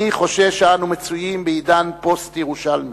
אני חושש שאנו מצויים בעידן פוסט-ירושלמי.